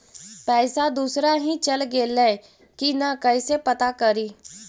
पैसा दुसरा ही चल गेलै की न कैसे पता करि?